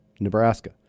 Nebraska